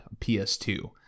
PS2